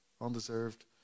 undeserved